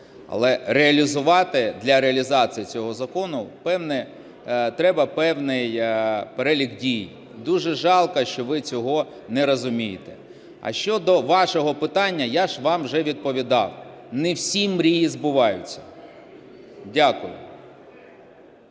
добре, але для реалізації цього закону треба певний перелік дій. Дуже жалко, що ви цього не розумієте. А щодо вашого питання, я ж вам вже відповідав: не всі мрії збуваються. Дякую.